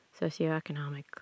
socioeconomic